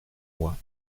mois